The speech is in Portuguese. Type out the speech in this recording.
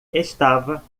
estava